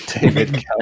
David